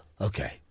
okay